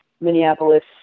Minneapolis